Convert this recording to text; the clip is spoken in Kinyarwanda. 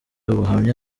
ubuhamya